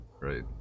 right